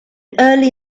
early